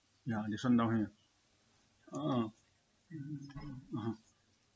ya this one down here (uh huh) (uh huh)